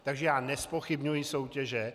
Takže nezpochybňuji soutěže.